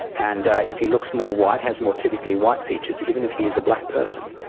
and if he looks more white, has more typically white features, even if he is a black person,